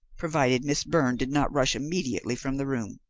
provided miss byrne did not rush immediately from the room.